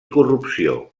corrupció